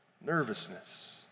nervousness